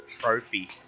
trophy